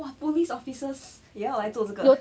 !wah! police officers 也要来做这个